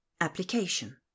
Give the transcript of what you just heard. Application